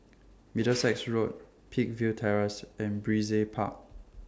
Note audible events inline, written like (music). (noise) Middlesex Road Peakville Terrace and Brizay Park